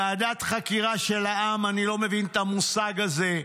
ועדת חקירה של העם, אני לא מבין את המושג הזה.